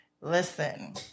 Listen